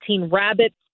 rabbits